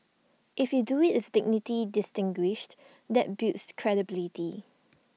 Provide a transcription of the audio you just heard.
if you do IT with dignity distinguished that builds credibility